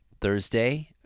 thursday